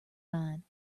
mine